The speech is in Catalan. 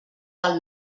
del